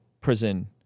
prison